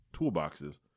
toolboxes